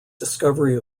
discovery